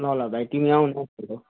ल ल भाइ तिमी आऊ न एकफेर